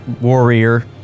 warrior